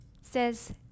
says